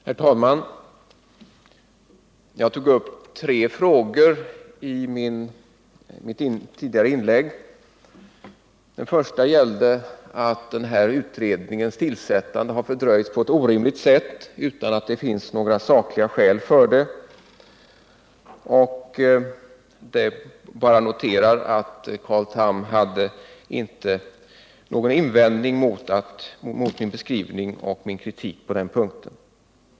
Herr talman! Jag tog upp tre frågor i mitt tidigare inlägg. Den första gällde att den här utredningens tillsättande har fördröjts på ett orimligt sätt utan några sakliga skäl. Jag bara noterar att Carl Tham inte hade någon invändning mot min beskrivning och kritik på den punkten.